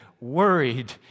worried